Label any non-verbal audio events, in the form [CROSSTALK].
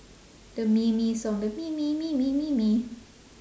the [NOISE] song the [NOISE]